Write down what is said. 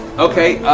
okay!